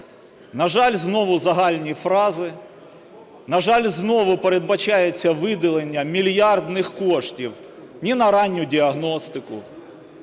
На жаль, знову загальні фрази, на жаль, знову передбачається виділення мільярдних коштів ні на ранню діагностику,